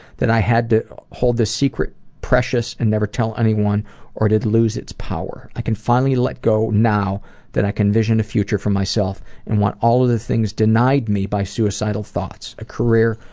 that i had to hold this secret precious and never tell anyone or it would lose its power. i can finally let go now that i can envision a future for myself and want all of the things denied me by suicidal thoughts a career,